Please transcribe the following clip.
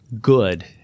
good